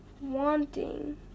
wanting